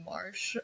Marsh